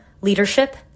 leadership